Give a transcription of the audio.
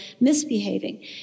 misbehaving